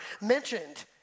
mentioned